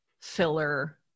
filler